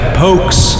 pokes